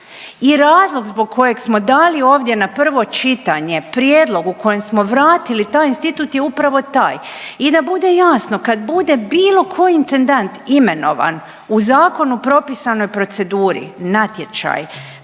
i razlog zbog kojeg smo dali ovdje na prvo čitanje prijedlog u kojem smo vratili taj institut je upravo taj i da bude jasno kad bude bilo koji intendant imenovan u zakonu propisanoj proceduri, natječaj,